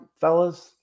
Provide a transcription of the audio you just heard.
fellas